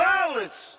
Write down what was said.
Violence